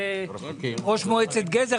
אדוני היושב ראש,